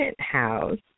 house